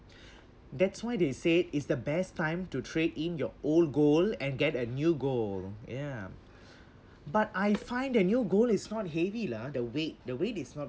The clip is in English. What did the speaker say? that's why they say it's the best time to trade in your old gold and get a new gold ya but I find that new gold is not heavy lah the weight the weight is not